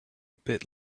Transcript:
bit